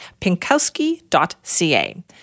pinkowski.ca